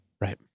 Right